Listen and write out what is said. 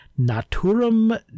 naturum